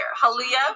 hallelujah